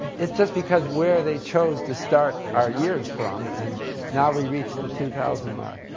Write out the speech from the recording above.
it's just because where they chose to start our years from, and now we reached the two thousand mark.